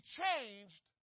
changed